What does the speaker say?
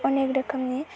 अनेग रोखोमनि